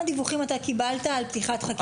דיווחים אתה קיבלת על פתיחת חקירה?